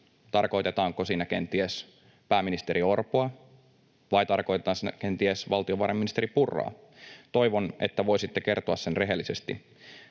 Tarkoitetaanko siinä kenties pääministeri Orpoa vai tarkoitetaanko siinä kenties valtiovarainministeri Purraa? Toivon, että voisitte kertoa sen rehellisesti.